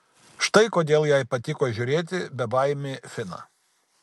štai kodėl jai patiko žiūrėti bebaimį finą